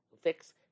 fix